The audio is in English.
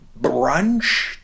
brunch